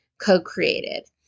co-created